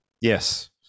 Yes